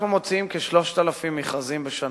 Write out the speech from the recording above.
אנחנו מוציאים כ-3,000 מכרזים בשנה,